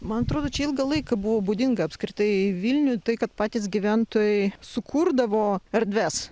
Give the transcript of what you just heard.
man atrodo čia ilgą laiką buvo būdinga apskritai vilniui tai kad patys gyventojai sukurdavo erdves